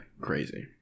Crazy